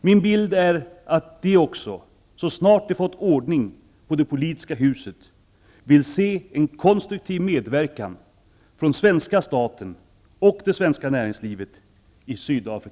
Min bild är att de också -- så snart de fått ordning på det politiska huset -- vill se en konstruktiv medverkan från svenska staten och det svenska näringslivet i